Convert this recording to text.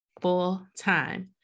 full-time